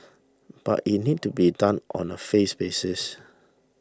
but it needs to be done on a phase basis